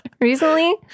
Recently